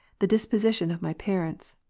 the disposition of my parents.